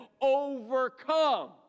overcome